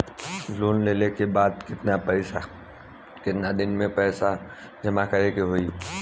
Loan लेले के बाद कितना दिन में पैसा जमा करे के होई?